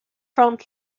front